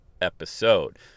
episode